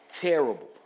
terrible